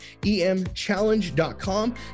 emchallenge.com